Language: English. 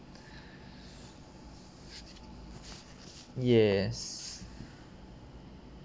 yes